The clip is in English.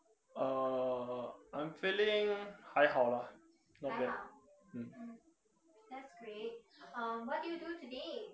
uh I'm feeling 还好 lah not bad mm